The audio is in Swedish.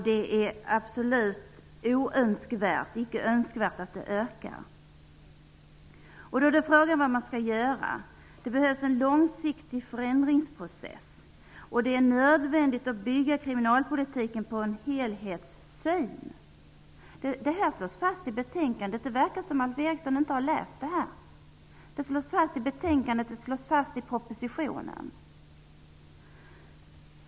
Det är absolut icke önskvärt att den ökar. Frågan är då vad man skall göra. Det behövs en långsiktig förändringsprocess. Det är nödvändigt att bygga kriminalpolitiken på en helhetssyn. Det verkar som om Alf Eriksson inte har läst detta, som slås fast både i betänkandet och i propositionen.